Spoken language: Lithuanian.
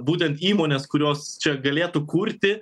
būtent įmonės kurios čia galėtų kurti